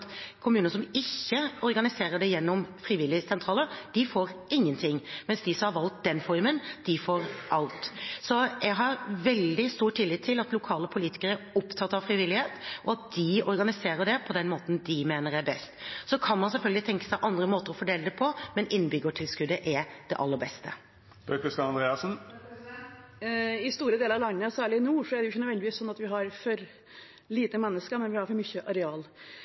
kommuner som ikke organiserer dette gjennom frivilligsentraler, får ingenting, mens de som har valgt den formen, får alt. Jeg har veldig stor tillit til at lokale politikere er opptatt av frivillighet, og at de organiserer det på den måten de mener er best. Så kan man selvfølgelig tenke seg andre måter å fordele det på, men innbyggertilskuddet er det aller beste. I store deler av landet, særlig i nord, er det ikke nødvendigvis sånn at vi har for lite mennesker, men vi har for mye areal.